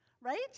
right